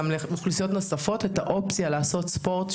לאוכלוסיות נוספות את האופציה לעשות ספורט,